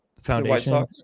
foundation